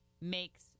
makes